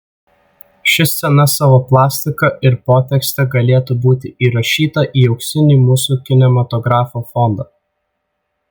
ši scena savo plastika ir potekste galėtų būti įrašyta į auksinį mūsų kinematografo fondą